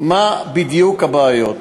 מה בדיוק הבעיות?